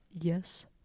Yes